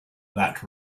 that